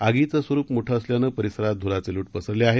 आगीचं स्वरूप मोठं असल्यानं परिसरात धुराचे लोट पसरले आहेत